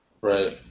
Right